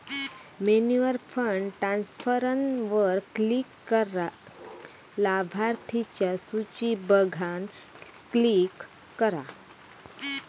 मेन्यूवर फंड ट्रांसफरवर क्लिक करा, लाभार्थिंच्या सुची बघान क्लिक करा